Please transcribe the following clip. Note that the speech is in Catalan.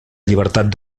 llibertat